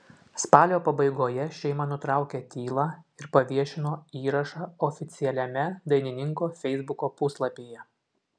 spalio pabaigoje šeima nutraukė tylą ir paviešino įrašą oficialiame dainininko feisbuko puslapyje